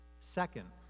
Second